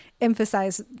emphasize